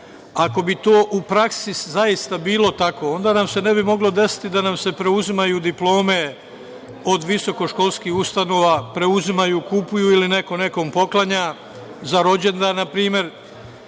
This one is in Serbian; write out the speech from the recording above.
Ako bi to u praksi zaista bilo tako, onda nam se ne bi moglo desiti da se preuzimaju diplome od visokoškolskih ustanova, preuzimaju, kupuju ili neko nekom poklanja za rođendan npr,